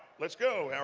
let's go and